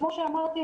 כמו שאמרתי,